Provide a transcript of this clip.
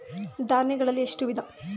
ಧಾನ್ಯಗಳಲ್ಲಿ ಎಷ್ಟು ವಿಧ?